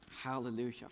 Hallelujah